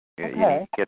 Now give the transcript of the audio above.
Okay